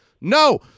No